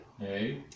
Hey